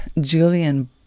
Julian